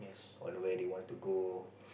on where they want to go